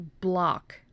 block